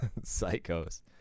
psychos